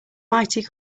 mighty